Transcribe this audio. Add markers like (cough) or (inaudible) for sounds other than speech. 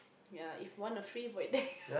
ya if wanna free void (laughs) deck